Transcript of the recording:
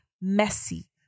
messy